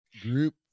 group